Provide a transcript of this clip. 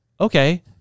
Okay